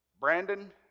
Brandon